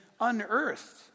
unearthed